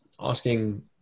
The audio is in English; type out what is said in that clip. asking